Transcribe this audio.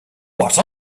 what